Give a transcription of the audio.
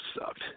sucked